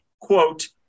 quote